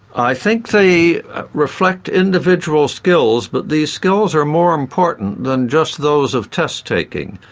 i think they reflect individual skills but the skills are more important than just those of test taking.